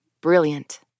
Brilliant